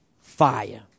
fire